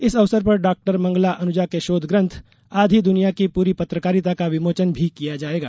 इस अवसर पर डॉक्टर मंगला अनुजा के शोधग्रंथ आधी दुनिया की पूरी पत्रकारिता का विमोचन भी किया जायेगा